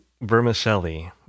vermicelli